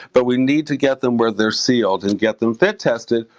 but we need to get them where they're sealed and get them fit tested.